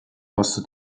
posto